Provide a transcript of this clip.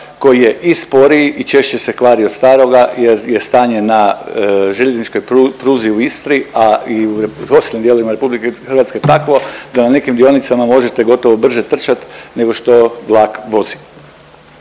koji je i sporiji i češće se kvari od staroga jer je stanje na željezničkoj pruzi u Istri a i u ostalim dijelovima Republike Hrvatske takvo da na nekim dionicama možete gotovo brže trčati nego što vlak vozi.